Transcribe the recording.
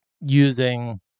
using